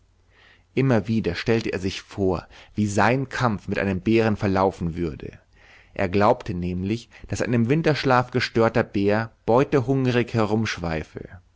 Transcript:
immer wieder stellte er sich vor wie sein kampf mit einem bären verlaufen würde er glaubte nämlich daß ein im winterschlaf gestörter bär beutehungrig herumschweife